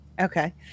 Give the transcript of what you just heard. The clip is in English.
Okay